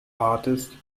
artist